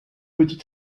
petit